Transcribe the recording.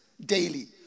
daily